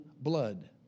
blood